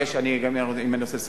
אם אני אסכם,